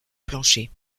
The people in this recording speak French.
plancher